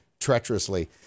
treacherously